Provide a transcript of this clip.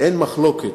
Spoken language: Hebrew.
אין מחלוקת,